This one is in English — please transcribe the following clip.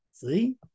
See